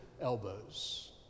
elbows